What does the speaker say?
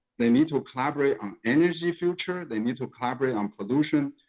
they need to collaborate on energy future. they need to collaborate on pollution.